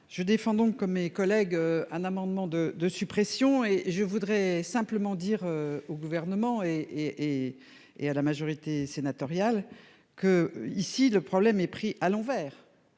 je défends donc comme mes collègues un amendement de de suppression et je voudrais simplement dire au gouvernement et et et à la majorité sénatoriale que ici, le problème est pris à l'envers